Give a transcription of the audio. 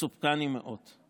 מסופקני, מאוד.